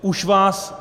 Už vás...